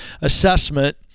Assessment